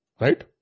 Right